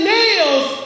nails